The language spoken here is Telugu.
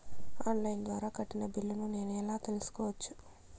ఆన్ లైను ద్వారా కట్టిన బిల్లును నేను ఎలా తెలుసుకోవచ్చు?